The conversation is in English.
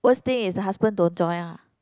worst thing is the husband don't join ah